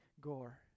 gore